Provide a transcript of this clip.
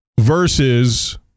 Versus